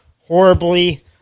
horribly